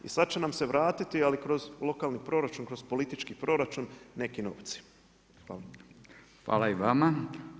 I sad će nam se vratiti ali kroz lokalni proračun, kroz politički proračun neki novci.